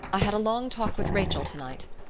i had a long talk with rachel tonight.